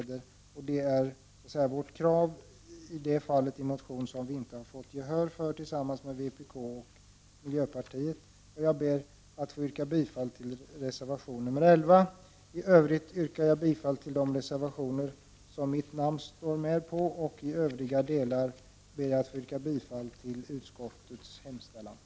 Vi i centern har inte fått gehör för våra motionskrav, och vi har därför tillsammans med vpk och miljöpartiet reserverat oss. Jag ber att få yrka bifall till reservation 11. I övrigt yrkar jag bifall till de reservationer där mitt namn finns med, och i övriga delar ber jag att få yrka bifall till utskottets hemställan.